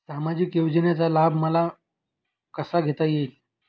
सामाजिक योजनेचा लाभ मला कसा घेता येईल?